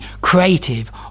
creative